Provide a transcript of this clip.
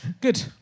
Good